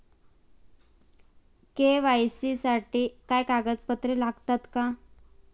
KYC साठी काय कागदपत्रे लागतात?